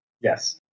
Yes